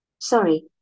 Sorry